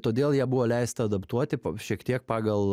todėl ją buvo leista adaptuoti šiek tiek pagal